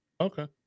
Okay